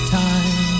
time